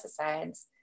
pesticides